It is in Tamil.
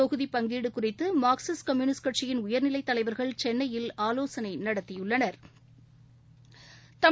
தொகுதி பங்கீடு குறித்து மா்க்சிஸ்ட் கம்யுனிஸ்ட் கட்சியின் உயா்நிலை தலைவா்கள் சென்னையில் ஆலோசனை நடத்தியுள்ளனா்